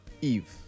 eve